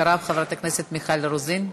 אחריו, חברת הכנסת מיכל רוזין.